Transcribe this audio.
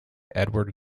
edward